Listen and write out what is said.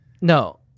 No